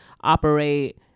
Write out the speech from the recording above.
operate